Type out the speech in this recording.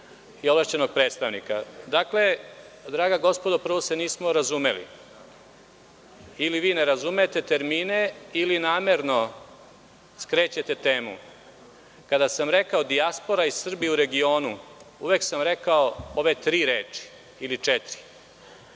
i ovlašćenog predstavnika. Draga gospodo, prvo se nismo razumeli. Ili vi ne razumete termine ili namerno skrećete temu. Kada sam rekao dijaspora i Srbi u regionu, uvek sam rekao ove tri ili četiri